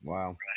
Wow